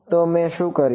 તો મેં શું કર્યું